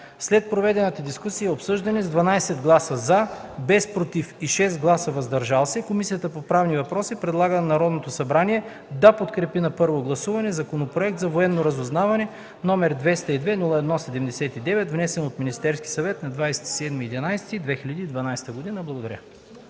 След проведената дискусия и обсъждане, с 12 гласа „за”, без „против” и 6 гласа „въздържали се”, Комисията по правни въпроси предлага на Народното събрание да подкрепи на първо гласуване Законопроект за военното разузнаване, № 202-01-79, внесен от Министерския съвет на 27 ноември 2012 г.” Благодаря.